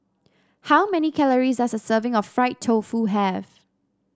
how many calories does a serving of Fried Tofu have